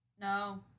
No